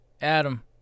Adam